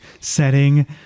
setting